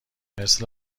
مثل